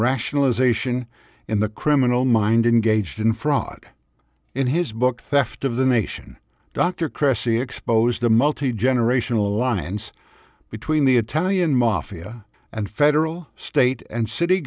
rationalization in the criminal mind and gauged in fraud in his book theft of the nation dr cressy expose the multi generational alliance between the italian mafia and federal state and city